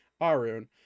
Arun